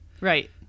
right